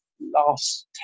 last